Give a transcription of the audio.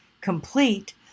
complete